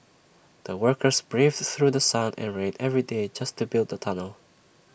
the workers braved through sun and rain every day just to build the tunnel